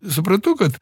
suprantu kad